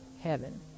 heaven